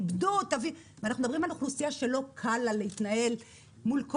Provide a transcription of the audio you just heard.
איבדו ואנחנו מדברים על אוכלוסייה שלא קל לה להתנהל מול,